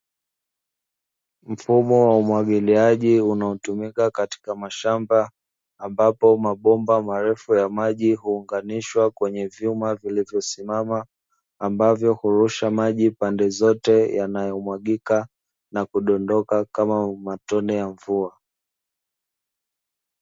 Mfumo la umwagiliaji unaotumika katika mashamba, ambapo mabomba marefu ya maji huunganishwa kwenye vyuma vilivyosimama, ambavyo kurusha maji pande zote yanayomwagika na kudondoka kama matone ya mvua.